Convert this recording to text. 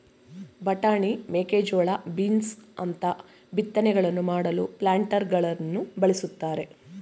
ಬಟಾಣಿ, ಮೇಕೆಜೋಳ, ಬೀನ್ಸ್ ಅಂತ ಬಿತ್ತನೆಗಳನ್ನು ಮಾಡಲು ಪ್ಲಾಂಟರಗಳನ್ನು ಬಳ್ಸತ್ತರೆ